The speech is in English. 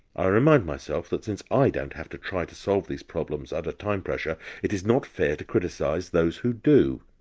i remind myself that since i don't have to try to solve these problems under time pressure, it is not fair to criticise those who do.